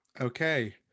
okay